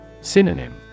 Synonym